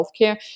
healthcare